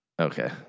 Okay